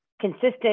consistent